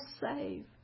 save